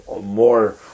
more